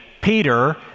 Peter